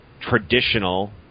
traditional